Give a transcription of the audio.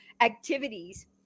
activities